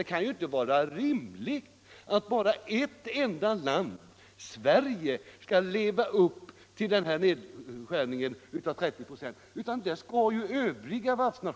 Det kan inte vara rimligt att ett enda land, Sverige, skall minska sin varvsindustri.